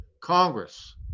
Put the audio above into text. Congress